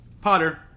Potter